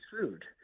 food